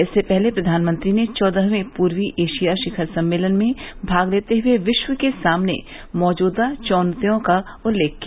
इससे पहले प्रधानमंत्री ने चौदहवें पूर्व एशिया शिखर सम्मेलन में भाग लेते हुए विश्व के सामने मौजूद चुनौतियों का उल्लेख किया